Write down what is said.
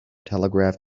telegraph